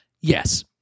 Yes